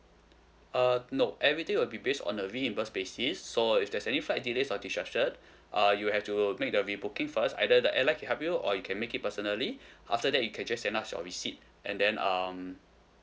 uh no everything will be based on the reimburse basis so if there's any flight delays or destruction uh you will have to make the rebooking first either the airline can help you or you can make it personally after that you can just send us your receipt and then um